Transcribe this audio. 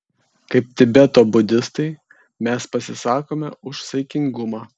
kaip tibeto budistai mes pasisakome už saikingumą